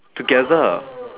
together